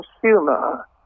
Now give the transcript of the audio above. consumer